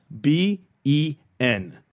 b-e-n